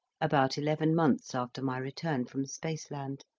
about eleven months after my return from spaceland,